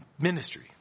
ministry